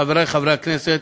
חברי חברי הכנסת,